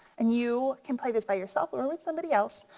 and you could play this by yourself or with somebody else.